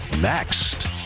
Next